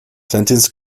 sentence